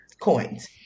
coins